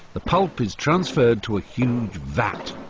the pulp is transferred to a huge vat,